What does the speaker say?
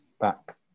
back